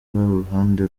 uruhande